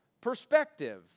perspective